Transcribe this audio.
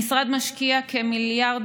המשרד משקיע כ-1.2